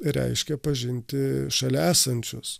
reiškia pažinti šalia esančius